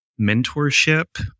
mentorship